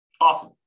Awesome